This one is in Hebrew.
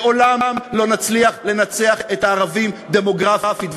לעולם לא נצליח לנצח את הערבים דמוגרפית,